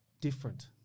different